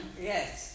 yes